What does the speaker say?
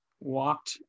walked